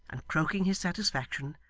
and, croaking his satisfaction,